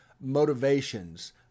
motivations